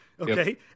Okay